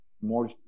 more